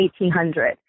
1800